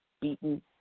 beaten